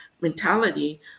mentality